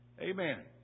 Amen